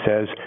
says